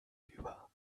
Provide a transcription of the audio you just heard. über